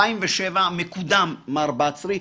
ב-2007 מקודם מר בצרי.